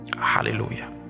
hallelujah